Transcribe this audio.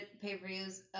pay-per-views